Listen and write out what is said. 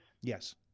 Yes